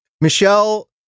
Michelle